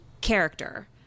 character